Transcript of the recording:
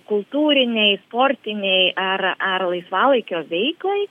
kultūrinei sportinei ar laisvalaikio veiklai